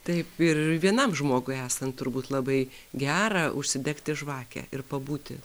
taip ir vienam žmogui esant turbūt labai gera užsidegti žvakę ir pabūti